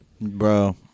bro